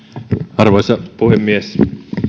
arvoisa puhemies